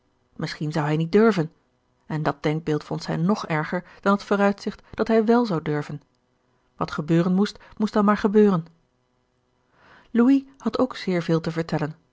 misschien zou hij niet durven en dat denkbeeld vond zij nog erger dan het vooruitzicht dat hij wèl zou durven wat gebeuren moest moest dan maar gebeuren louis had ook zeer veel te vertellen